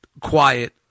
quiet